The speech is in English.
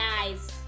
guys